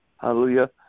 Hallelujah